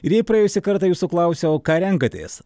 ir jei praėjusį kartą jūsų klausiau ką renkatės